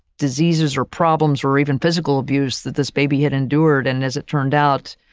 diseases or problems or even physical abuse that this baby had endured, and as it turned out,